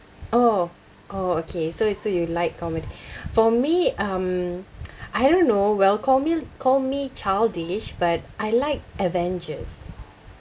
oh oh okay so so you like comedy for me um I don't know well call me call me childish but I like avengers